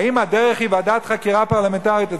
האם הדרך היא ועדת חקירה פרלמנטרית?